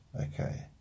Okay